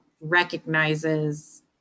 recognizes